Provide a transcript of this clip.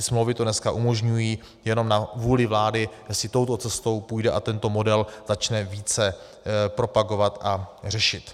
Smlouvy to dneska umožňují a je jenom na vůli vlády, jestli touto cestou půjde a tento model začne více propagovat a řešit.